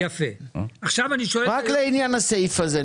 רק לעניין הסעיף הזה,